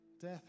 Death